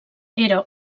era